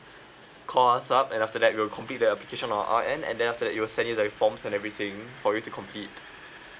call us up and after that we'll complete the application on our end and then after that we will send you the forms and everything for you to complete